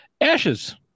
ashes